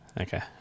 Okay